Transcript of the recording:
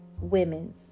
women